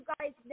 guys